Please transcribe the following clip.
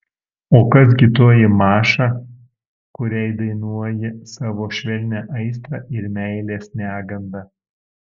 o kas gi toji maša kuriai dainuoji savo švelnią aistrą ir meilės negandą